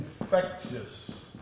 infectious